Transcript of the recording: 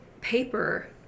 paper